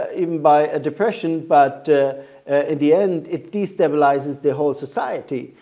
even by a depression, but in the end it destabilizes the whole society.